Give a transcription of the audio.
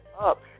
up